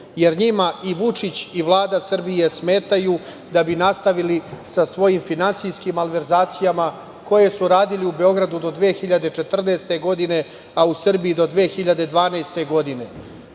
Njima i Vučić i Vlada Srbije smetaju da bi nastavili sa svojim finansijskim malverzacijama koje su radili u Beogradu do 2014. godine, a u Srbiji do 2012. godine. Ko